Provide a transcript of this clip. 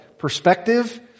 perspective